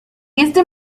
este